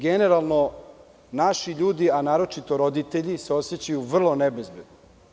Generalno naši ljudi, a naročito roditelji se osećaju vrlo nebezbedno.